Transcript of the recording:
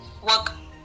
work